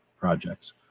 projects